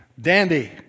dandy